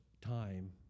time